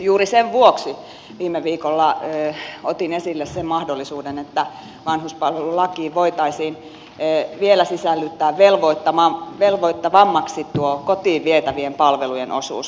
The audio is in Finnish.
juuri sen vuoksi viime viikolla otin esille sen mahdollisuuden että vanhuspalvelulakiin voitaisiin vielä sisällyttää velvoittavammaksi tuo kotiin vietävien palvelujen osuus